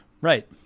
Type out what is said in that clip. Right